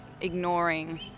ignoring